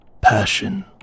Passion